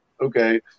okay